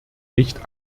nicht